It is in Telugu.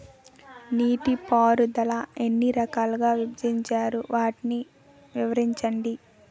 నీటిపారుదల ఎన్ని రకాలుగా విభజించారు? వాటి వివరించండి?